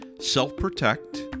self-protect